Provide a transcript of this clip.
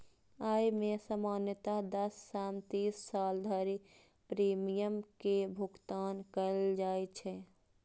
अय मे सामान्यतः दस सं तीस साल धरि प्रीमियम के भुगतान कैल जाइ छै